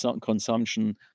consumption